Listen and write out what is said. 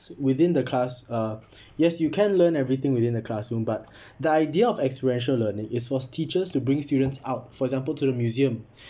within the class uh yes you can learn everything within the classroom but the idea of experiential learning is was teachers to bring students out for example to the museum